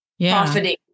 profiting